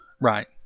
Right